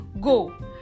go